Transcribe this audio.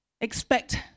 expect